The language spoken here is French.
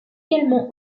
également